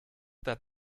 that